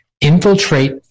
infiltrate